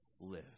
live